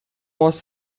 was